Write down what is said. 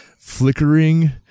flickering